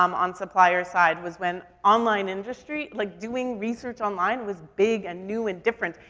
um on supplier side, was when online industry, like doing research online, was big and new and different.